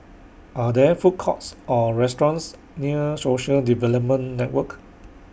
Are There Food Courts Or restaurants near Social Development Network